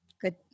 good